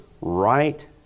right